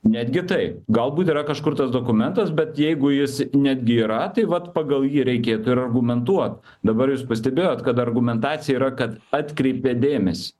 netgi taip galbūt yra kažkur tas dokumentas bet jeigu jis netgi yra tai vat pagal jį reikėtų ir argumentuot dabar jūs pastebėjot kad argumentacija yra kad atkreipia dėmesį